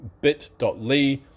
bit.ly